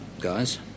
guys